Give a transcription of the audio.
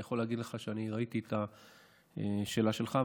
אני יכול להגיד לך שאני ראיתי את השאלה שלך,